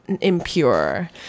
impure